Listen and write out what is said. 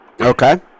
Okay